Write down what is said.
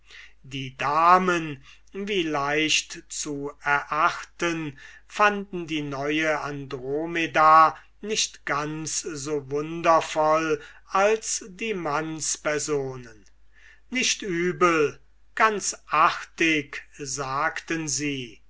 die damen wie leicht zu erachten fanden die neue andromeda nicht ganz so wundervoll als die mannsleute nicht übel ganz artig sagten sie